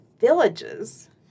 villages